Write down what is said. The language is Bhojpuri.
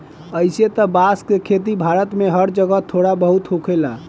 अइसे त बांस के खेती भारत में हर जगह थोड़ा बहुत होखेला